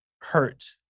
hurt